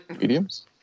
Mediums